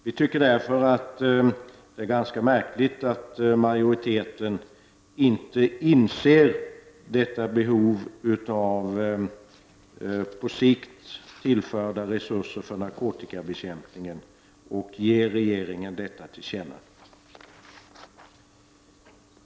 Vi tycker därför att det är ganska märkligt att majoriteten inte inser behovet av att man på sikt tillför narkotikabekämpningen resurser och att man ger regeringen detta till känna.